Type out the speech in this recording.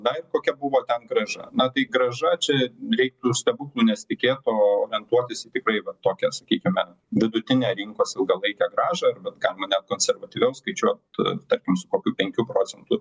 dar ir kokia buvo ten grąža na tai grąža čia reiktų stebuklų nesitikėt o orientuotis į tikrąjį va tokią sakykime vidutinę rinkos ilgalaikę grąža ar vat kam mane konservatyviau skaičiuot tarkim su kokiu penkių procentų